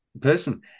person